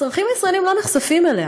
אזרחים ישראלים לא נחשפים אליה.